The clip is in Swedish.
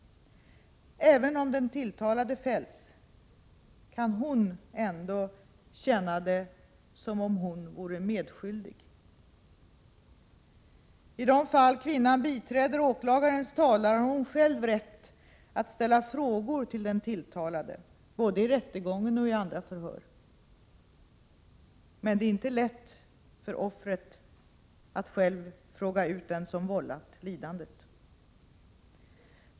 Även om den tilltalade fälls kan hon ändå känna det som om hon vore medskyldig. I de fall kvinnan biträder åklagarens talan har hon själv rätt att ställa frågor till den tilltalade, både vid rättegången och i andräförhör. Men det är inte lätt för offret att själv fråga ut den som vållat lidandet.